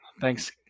Thanks